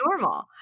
normal